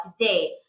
today